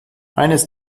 eines